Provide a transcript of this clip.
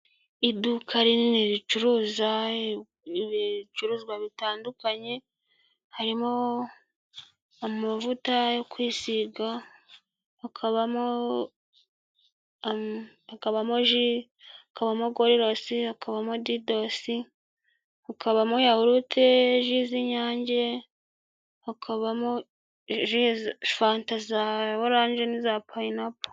Iduka rinini ricuruza ibicuruzwa bitandukanye, harimo amavuta yo kwisiga, hakabamo ji, hakabamo gorirosi, hakabamo didosi, hakabamo yahurute, ji z'inyange, hakabamo fanta za oranje n'iza payinapo.